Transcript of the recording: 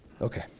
Okay